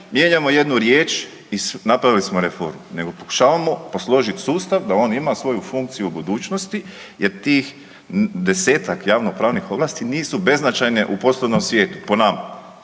mijenjamo jednu riječ i napravili smo reformu nego pokušavamo posložiti sustav da on ima svoju funkciju u budućnosti jer tih desetak javnopravnih ovlasti nisu beznačajne u poslovnom svijetu, po nama.